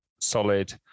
solid